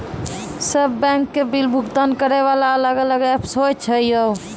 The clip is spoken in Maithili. सब बैंक के बिल भुगतान करे वाला अलग अलग ऐप्स होय छै यो?